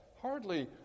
Hardly